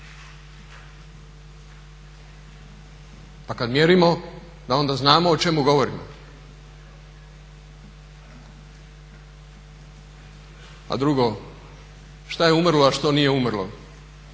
Pa kada mjerimo da onda znamo o čemu govorimo. A drugo, šta je umrlo a šta nije umrlo.